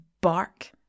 bark